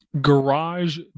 garage